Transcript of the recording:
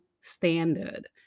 standard